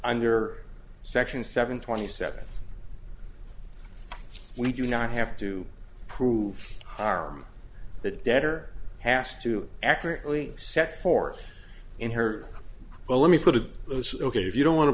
under section seven twenty seven we do not have to prove are the debtor passed to accurately set forth in her well let me put it it's ok if you don't want to